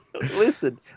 Listen